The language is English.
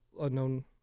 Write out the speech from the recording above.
unknown